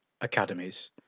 academies